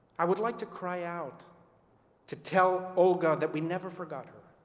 i would like to cry out to tell olga that we never forgot her.